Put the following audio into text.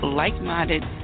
like-minded